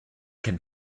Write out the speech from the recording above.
can